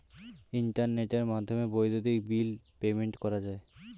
ইন্টারনেটের মাধ্যমে বৈদ্যুতিক বিল পেমেন্ট করা যায়